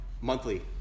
monthly